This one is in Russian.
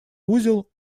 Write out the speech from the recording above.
узел